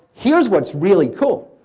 here's what's really cool.